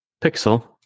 pixel